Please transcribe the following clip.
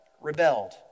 rebelled